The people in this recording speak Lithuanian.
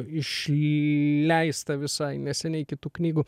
išleistą visai neseniai kitų knygų